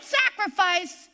sacrifice